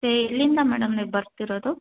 ಎಲ್ಲಿಂದ ಮೇಡಮ್ ನೀವು ಬರ್ತಿರೊದು